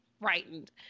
frightened